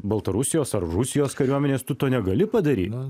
baltarusijos ar rusijos kariuomenės tu to negali padaryt